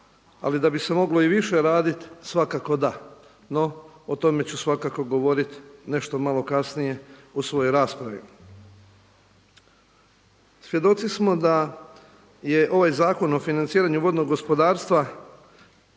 Ali da bi se moglo i više raditi, svakako da, no o tome ću svakako govoriti nešto malo kasnije u svojoj raspravi. Svjedoci smo da je ovaj Zakon o financiranju vodnog gospodarstva,